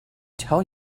tell